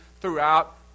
throughout